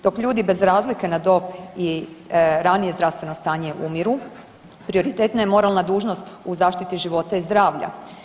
Dok ljudi bez razlike na dob i ranije zdravstveno stanje umiru, prioritetna je moralna dužnost u zaštiti života i zdravlja.